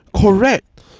correct